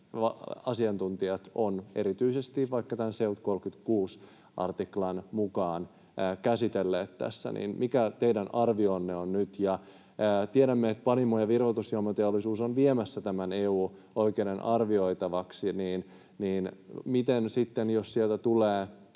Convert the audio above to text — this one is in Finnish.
asiantuntijat ovat erityisesti vaikka tämän SEUT 36 artiklan mukaan käsitelleet tässä? Mikä teidän arvionne on nyt? Tiedämme, että Panimo- ja virvoitusjuomateollisuus on viemässä tämän EU-oikeuden arvioitavaksi, niin miten sitten, jos sieltä tulee